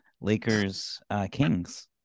Lakers-Kings